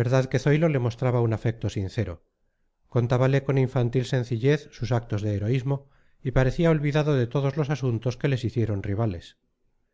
verdad que zoilo le mostraba un afecto sincero contábale con infantil sencillez sus actos de heroísmo y parecía olvidado de todos los asuntos que les hicieron rivales